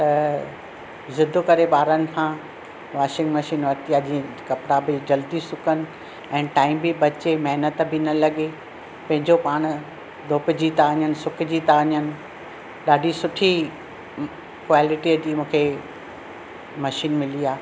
त ज़िदु करे ॿारनि खां वाशिंग मशीन वरिती आहे जीअं कपिड़ा बि जल्दी सुकनि ऐं टाइम बि बचे महिनत बि न लॻे पंहिंजो पाण धोपिजी था वञनि सुकिजी था वञनि ॾाढी सुठी क्वालिटीअ जी मूंखे मशीनु मिली आहे